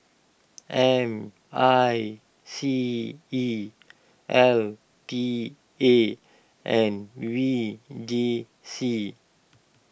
M I C E L T A and V J C